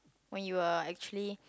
when you're actually